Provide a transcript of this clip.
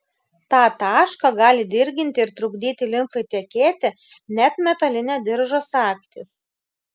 tą tašką gali dirginti ir trukdyti limfai tekėti net metalinė diržo sagtis